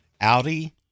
Audi